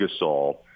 Gasol